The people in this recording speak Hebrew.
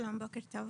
שלום, בוקר טוב,